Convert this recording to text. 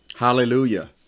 Hallelujah